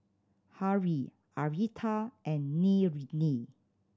Haley Aretha and Ninnie